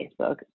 Facebook